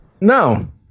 no